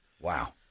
Wow